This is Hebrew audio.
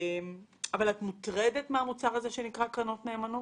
את מוטרדת מהמוצר הזה שנקרא קרנות נאמנות,